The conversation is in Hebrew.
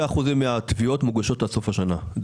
96% מהתביעות מוגשות עד סוף השנה.